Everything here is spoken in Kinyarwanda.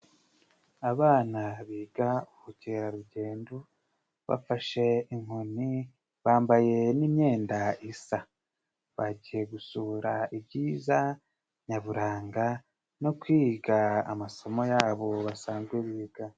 Abana biga ubukerarugendo bafashe inkoni bambaye n'imyenda isa, bagiye gusura ibyiza nyaburanga no kwiga amasomo yabo basanzwe biga.